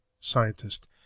scientist